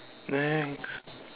next